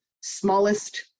smallest